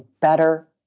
better